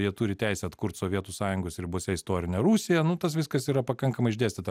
jie turi teisę atkurt sovietų sąjungos ribose istorinę rusiją nu tas viskas yra pakankamai išdėstyta